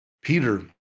Peter